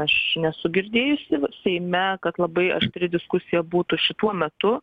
aš nesu girdėjusi seime kad labai aštri diskusija būtų šituo metu